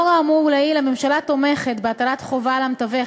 לאור האמור לעיל הממשלה תומכת בהטלת חובה על המתווך